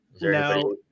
No